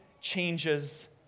changes